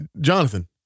Jonathan